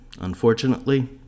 Unfortunately